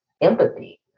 empathy